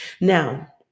Now